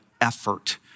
effort